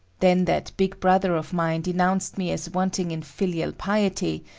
then that big brother of mine denounced me as wanting in filial piety,